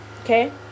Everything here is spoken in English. okay